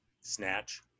Snatch